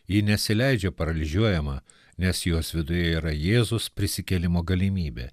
ji nesileidžia paralyžiuojama nes jos viduje yra jėzus prisikėlimo galimybė